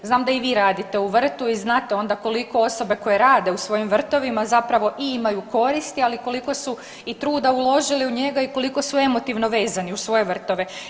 Znam da i vi radite u vrtu i znate onda koliko osobe koje rade u svojim vrtovima zapravo i imaju koristi, ali koliko su i truda uložili u njega i koliko su emotivno vezani uz svoje vrtove.